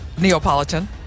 Neapolitan